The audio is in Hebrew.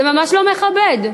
זה ממש לא מכבד.